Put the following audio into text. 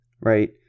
right